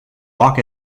walk